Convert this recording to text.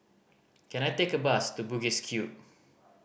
can I take a bus to Bugis Cube